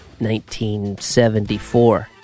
1974